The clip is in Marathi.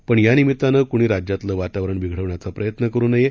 पण यानिमित्तानं कुणी राज्यातलं वातावरण बिघडवण्याचा प्रयत्न करु नये